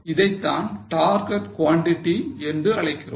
இதைத்தான் target quantity என்று அழைக்கிறோம்